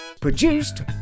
produced